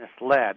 misled